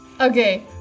Okay